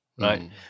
Right